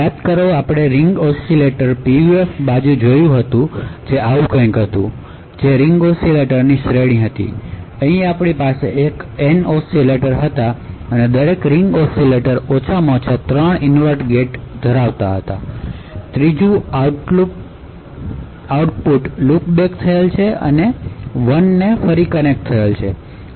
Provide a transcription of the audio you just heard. યાદ કરો કે આપણે રીંગ ઓસિલેટર PUF તરફ જોયું હતું જે આવુ કંઈક હતું ત્યાં રીંગ ઓસિલેટરની શ્રેણી હતી અહીં આપણી પાસે N ઓસિલેટર હતા અને દરેક રીંગ ઓસિલેટર 3 ઇન્વર્ટર ગેટ છે અને ત્રીજું આઉટપુટ લૂપબેક થયેલ છે અને 1ને કનેક્ટ થયેલ છે